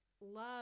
love